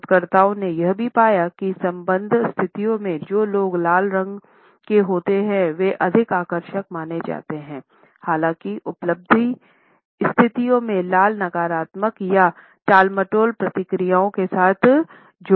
शोधकर्ताओं ने यह भी पाया कि संबद्ध स्थितियों में जो लोग लाल रंग के होते हैं वह अधिक आकर्षक माने जाते है हालांकि उपलब्धि स्थितियों में लाल नकारात्मक या टालमटोल प्रतिक्रियाओं के साथ जुड़ा है